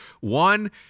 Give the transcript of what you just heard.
one